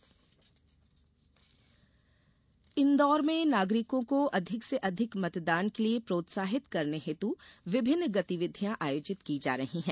SVEEP अभियान इन्दौर में नागरिकों को अधिक से अधिक मतदान के लिए प्रोत्साहित करने हेतु विभिन्न गतिविधियां आयोजित की जा रही है